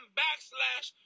backslash